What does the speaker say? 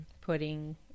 putting